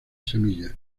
semillas